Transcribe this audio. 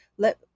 Let